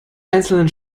einzelnen